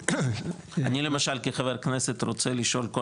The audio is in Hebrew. אני למשל כחבר כנסת רוצה לשאול כל